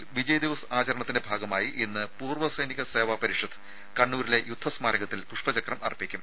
കാർഗിൽ വിജയ് ദിവസ് ആചരണത്തിന്റെ ഭാഗമായി ഇന്ന് പൂർവ്വ സൈനിക സേവ പരിഷത് കണ്ണൂരിലെ യുദ്ധസ്മാരകത്തിൽ പുഷ്പചക്രം അർപ്പിക്കും